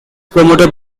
promoted